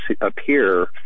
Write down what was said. appear